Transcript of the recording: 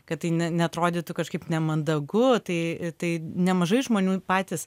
kad neatrodytų kažkaip nemandagu tai nemažai žmonių patys